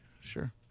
sure